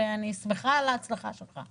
ואני שמחה על ההצלחה שלך.